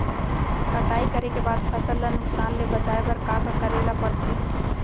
कटाई करे के बाद फसल ल नुकसान ले बचाये बर का का करे ल पड़थे?